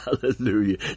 Hallelujah